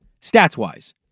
stats-wise